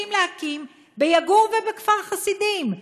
רוצים להקים ביקום ובכפר חסידים.